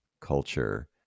culture